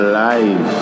life